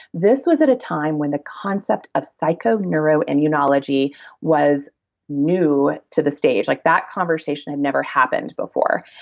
this was at a time when the concept of psychoneuroimmunology was new to the stage. like that conversation had never happened before.